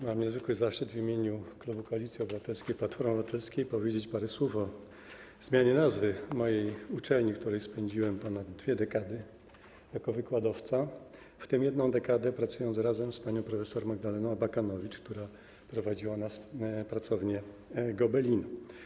Mam niezwykły zaszczyt w imieniu klubu Koalicji Obywatelskiej - Platformy Obywatelskiej powiedzieć parę słów o zmianie nazwy mojej uczelni, w której spędziłem ponad dwie dekady jako wykładowca, w tym jedną dekadę pracując razem z panią prof. Magdaleną Abakanowicz, która prowadziła u nas pracownię gobelinu.